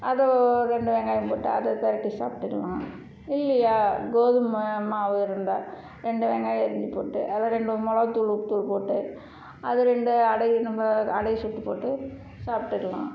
அதை ரெண்டு வெங்காயம் போட்டு அதை பிரட்டி சாப்பிட்டுக்கலாம் இல்லையா கோதுமை மா மாவு இருந்தால் ரெண்டு வெங்காயம் அரிஞ்சு போட்டு அதில் ரெண்டு மிளவாத்தூள் உப்பு போட்டு அது ரெண்டு அடை நம்ம அடைய சுட்டு போட்டு சாப்பிட்டுக்கலாம்